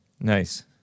Nice